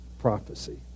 prophecy